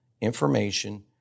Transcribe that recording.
information